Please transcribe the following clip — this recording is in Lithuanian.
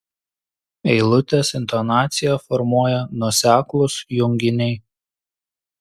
eilutės intonaciją formuoja nuoseklūs junginiai